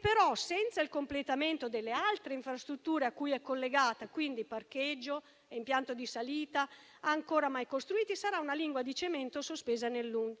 Però, senza il completamento delle altre infrastrutture a cui è collegata, quali parcheggio e impianto di salita, ancora mai costruiti, essa sarà una lingua di cemento sospesa nel nulla.